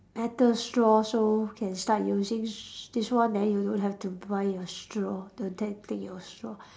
metal straw so can start using s~ this one then you don't have to buy your straw the that thing your straw